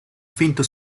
finto